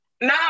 No